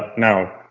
now,